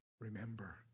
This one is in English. remember